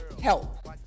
help